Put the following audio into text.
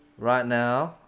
right now,